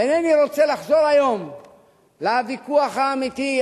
ואינני רוצה לחזור היום לוויכוח האמיתי,